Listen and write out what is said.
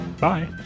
Bye